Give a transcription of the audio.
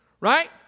right